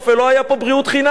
לא היתה כאן בריאות חינם.